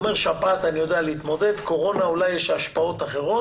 הוא אומר שעם שפעת הוא יודע להתמודד אבל לקורונה אולי יש השפעות אחרות.